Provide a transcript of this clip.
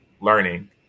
learning